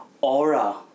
aura